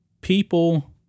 People